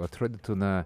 atrodytų na